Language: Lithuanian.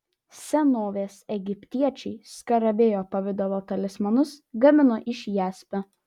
senovės egiptiečiai skarabėjo pavidalo talismanus gamino iš jaspio